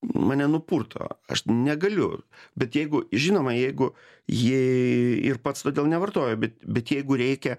mane nupurto aš negaliu bet jeigu žinoma jeigu ji ir pats todėl nevartoju bet bet jeigu reikia